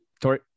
Tori